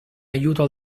aiuto